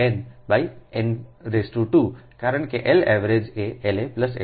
L n n 2 કારણ કે L average એ L a L b